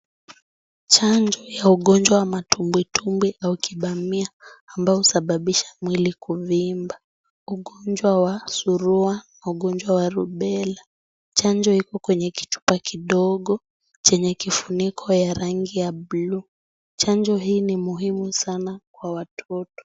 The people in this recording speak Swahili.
Chanjo ya ugonjwa wa matumbwitumbwi au kibamia ambayo husababisha mwili kuvimba. Ugonjwa wa surua na ugonjwa wa rubela. Chanjo iko kwenye kijichupa kidogo chenye kifuniko ya rangi ya buluu. Chanjo hii ni muhimu sana kwa watoto.